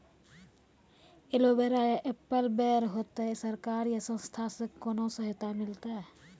Aloe vera या apple बैर होते? सरकार या संस्था से कोनो सहायता मिलते?